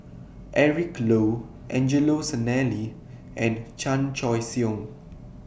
Eric Low Angelo Sanelli and Chan Choy Siong